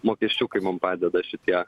mokesčiukai mum padeda šitie